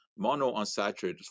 monounsaturated